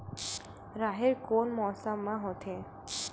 राहेर कोन मौसम मा होथे?